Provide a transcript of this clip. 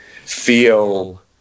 feel